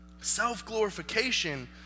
Self-glorification